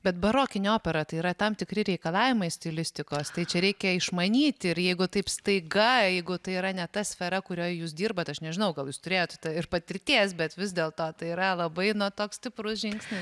bet barokinė opera tai yra tam tikri reikalavimai stilistikos tai čia reikia išmanyti ir jeigu taip staiga jeigu tai yra ne ta sfera kurioj jūs dirbate aš nežinau gal jūs turėjot ir patirties bet vis dėlto tai yra labai nu toks stiprus žingsnis